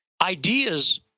Ideas